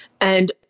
And-